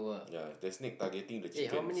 ya the snake targeting the chickens